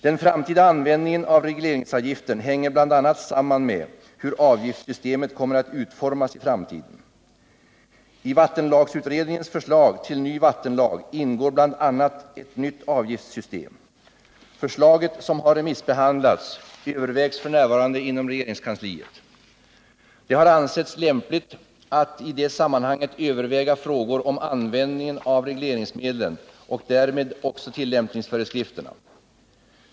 Den framtida användningen av regleringsavgiften hänger bl.a. samman med hur avgiftssystemet kommer att utformas i framtiden. I vattenlagsutredningens förslag till ny vattenlag ingår bl.a. ett nytt avgiftssystem. Förslaget, som har remissbehandlats, övervägs f. n. inom regeringskansliet. Det har ansetts lämpligt att i det sammanhanget överväga frågor om användningen av regleringsmedlen och därmed också tillämpningsföreskrif . terna.